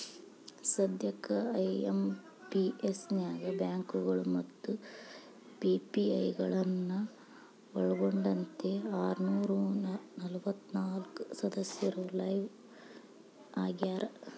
ಸದ್ಯಕ್ಕ ಐ.ಎಂ.ಪಿ.ಎಸ್ ನ್ಯಾಗ ಬ್ಯಾಂಕಗಳು ಮತ್ತ ಪಿ.ಪಿ.ಐ ಗಳನ್ನ ಒಳ್ಗೊಂಡಂತೆ ಆರನೂರ ನಲವತ್ನಾಕ ಸದಸ್ಯರು ಲೈವ್ ಆಗ್ಯಾರ